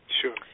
Sure